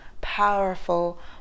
powerful